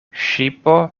ŝipo